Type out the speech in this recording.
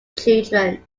children